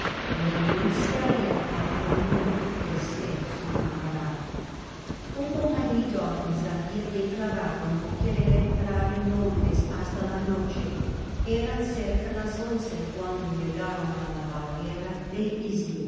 renunciaria al honor de ser su camarada cómo sabía declararon no querer entrar en londres hasta la noche eran cerca las once cuando llegaron á la bar rera